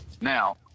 Now